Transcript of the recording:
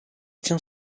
tient